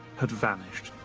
had vanished.